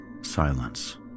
Silence